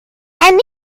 anita